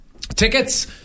tickets